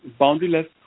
boundaryless